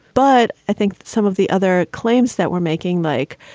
but i think some of the other claims that we're making like,